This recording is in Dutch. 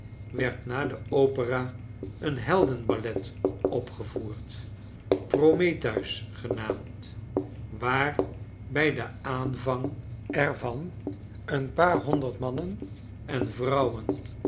werd na de opera een heldenballet opgevoenl prometheus genaamd waar by den aanvang er van een paar honderd mannen en vrouwen